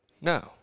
No